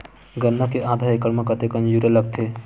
गन्ना के आधा एकड़ म कतेकन यूरिया लगथे?